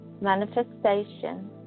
Manifestation